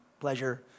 pleasure